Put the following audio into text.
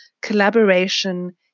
collaboration